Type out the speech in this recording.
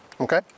Okay